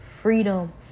freedom